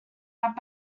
add